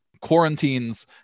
Quarantines